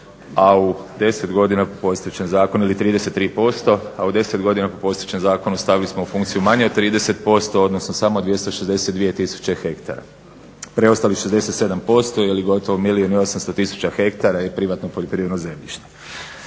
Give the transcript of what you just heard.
a u 10 godina po postojećem zakonu stavili smo u funkciju manje od 30%, odnosno samo 262 tisuće hektara. Preostalih 67% ili gotovo milijun i 800 tisuća hektara je privatno poljoprivredno zemljište.